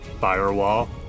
firewall